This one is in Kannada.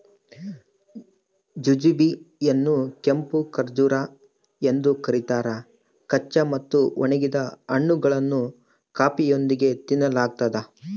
ಜುಜುಬಿ ಯನ್ನುಕೆಂಪು ಖರ್ಜೂರ ಎಂದು ಕರೀತಾರ ಕಚ್ಚಾ ಮತ್ತು ಒಣಗಿದ ಹಣ್ಣುಗಳನ್ನು ಕಾಫಿಯೊಂದಿಗೆ ತಿನ್ನಲಾಗ್ತದ